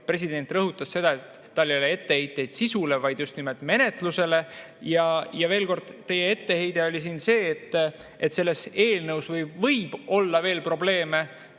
president rõhutas seda, et tal ei ole etteheiteid sisule, vaid just nimelt menetlusele. Ja veel kord: teie etteheide oli siin see, et selles eelnõus võib olla veel probleeme,